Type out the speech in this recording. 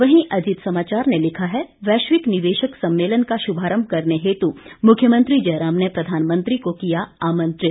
वहीं अजीत समाचार ने लिखा है वैश्विक निवेशक सम्मेलन का शुभारंभ करने हेतु मुख्यमंत्री जयराम ने प्रधानमंत्री को किया आमंत्रित